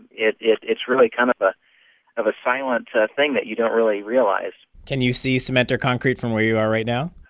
it. it's really kind of ah of a silent thing that you don't really realize can you see cement or concrete from where you are right now?